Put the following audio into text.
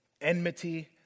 enmity